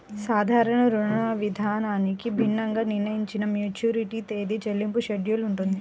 సాధారణ రుణవిధానానికి భిన్నంగా నిర్ణయించిన మెచ్యూరిటీ తేదీ, చెల్లింపుల షెడ్యూల్ ఉంటుంది